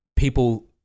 people